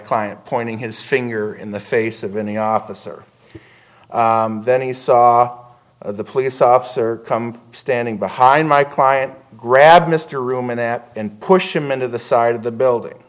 client pointing his finger in the face of in the officer then he saw the police officer come standing behind my client grabbed mr room and that and push him into the side of the building